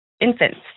infants